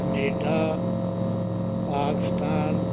Canada Pakistan